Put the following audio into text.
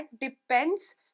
depends